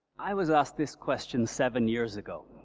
i was asked this question seven years ago.